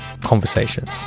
conversations